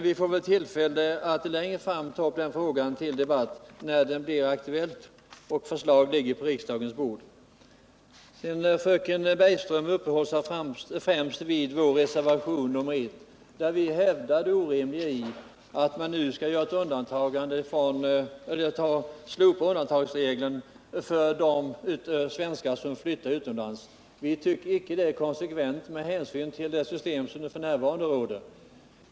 Vi får väl tillfälle att debattera den frågan längre fram när förslag ligger på riksdagens bord. Fröken Bergström uppehöll sig främst vid vår reservation 1, där vi framhåller det orimliga i att man slopar undantagsregeln för de svenskar som flyttar utomlands. Vi tycker inte att detta är konsekvent med hänsyn till det nuvarande systemet.